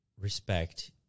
respect